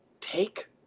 take